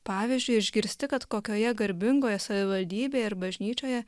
pavyzdžiui išgirsti kad kokioje garbingoje savivaldybėje ir bažnyčioje